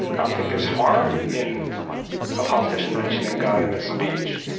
i don't think there is harm in a politician mentioning god in his speech,